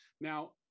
Now